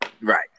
right